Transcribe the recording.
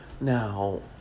Now